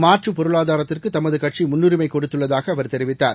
மாற்றுப் பொருளாதாரத்திற்குதமதுகட்சிமுன்னுரிமைகொடுத்துள்ளதாகஅவர் தெரிவித்தார்